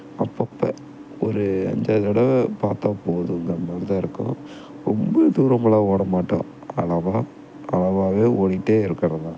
அப்பப்போ ஒரு அஞ்சாறு தடவை பார்த்தா போதுங்கிற மாதிரி தான் இருக்கும் ரொம்ப தூரமெலாம் ஓடமாட்டேன் அளவாக அளவாகவே ஓடிக்கிட்டே இருக்கிறது தான்